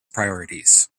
priorities